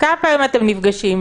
כמה פעמים אתם נפגשים?